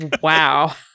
Wow